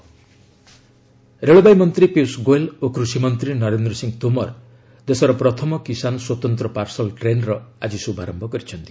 Kisan special train ରେଳବାଇ ମନ୍ତ୍ରୀ ପୀୟୁଷ ଗୋଏଲ୍ ଓ କୃଷି ମନ୍ତ୍ରୀ ନରେନ୍ଦ୍ର ସିଂହ ତୋମର ଦେଶର ପ୍ରଥମ କିଶାନ୍ ସ୍ୱତନ୍ତ୍ର ପାର୍ସଲ୍ ଟ୍ରେନ୍ର ଆଜି ଶୁଭାରମ୍ଭ କରିଛନ୍ତି